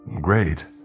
Great